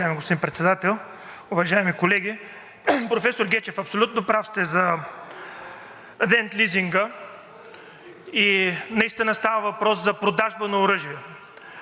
и наистина става въпрос за продажба на оръжие. Аз споменах и в моето изложение, че не става въпрос за подаряване на оръжие, а за покупка на оръжие